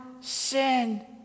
sin